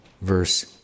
verse